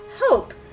Hope